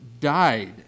died